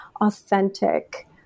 authentic